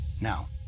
Now